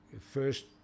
first